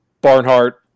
Barnhart